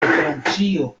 francio